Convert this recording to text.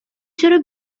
چرا